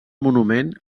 monument